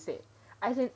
that's what he said